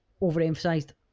overemphasized